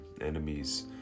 enemies